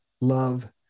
Love